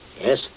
Yes